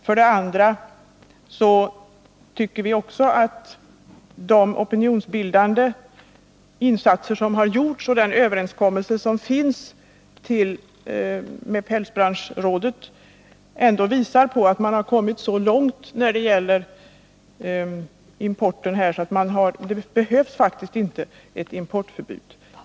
För det andra tycker vi att de opinionsbildande insatser som har gjorts och den överenskommelse som finns med Pälsbranschrådet ändå visar att man har kommit så långt när det gäller importen att det faktiskt inte behövs ett importförbud.